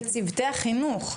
בצוותי החינוך.